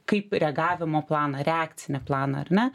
kaip reagavimo planą reakcinį planą ar ne